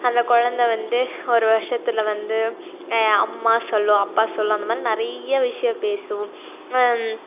அந்த கொழந்த வந்து ஒரு வருஷத்துல வந்து அம்மா சொல்லும் அப்பா சொல்லும் அந்தமாதிரி நிறைய விஷயம் பேசும்